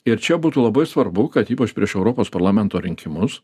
ir čia būtų labai svarbu kad ypač prieš europos parlamento rinkimus